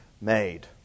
made